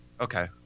Okay